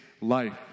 life